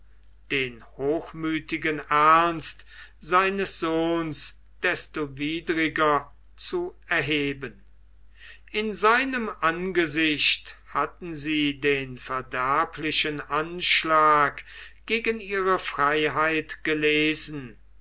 den hochmüthigen ernst seines sohnes desto widriger zu erheben in seinem angesicht hatten sie den verderblichen anschlag gegen ihre freiheit gelesen